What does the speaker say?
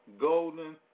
golden